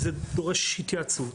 כי זה דורש התייעצות,